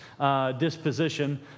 Disposition